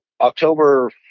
October